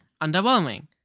underwhelming